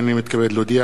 נתקבלה.